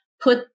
put